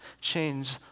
change